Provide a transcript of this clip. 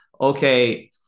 okay